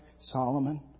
Solomon